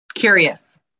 Curious